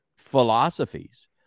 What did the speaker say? philosophies